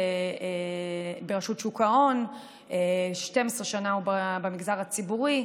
ברשות שוק ההון, 12 שנה הוא במגזר הציבורי.